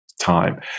time